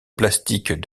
plastique